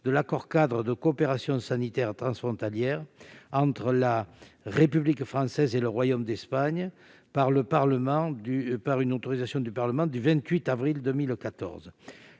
de l'accord-cadre de coopération sanitaire transfrontalière entre la République française et le Royaume d'Espagne, autorisée par le Parlement, au travers de